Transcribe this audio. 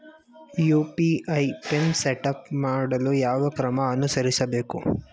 UPI PIN setup ಮಾಡಲು ಯಾವ ಕ್ರಮ ಅನುಸರಿಸಬೇಕು?